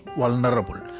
vulnerable